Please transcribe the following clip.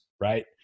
right